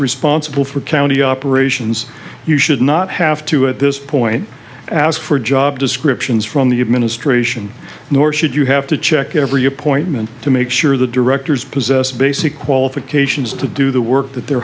responsible for county operations you should not have to at this point ask for a job descriptions from the administration nor should you have to check every appointment to make sure the directors possess basic qualifications to do the work that they're